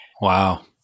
wow